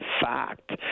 fact